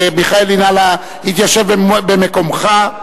מיכאלי, נא התיישב במקומך.